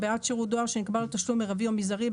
בעד שירות דואר שנקבע לו תשלום מרבי או מזערי,